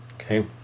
Okay